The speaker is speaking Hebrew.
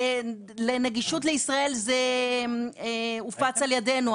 לנגישות לישראל זה הופץ על ידינו,